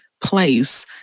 place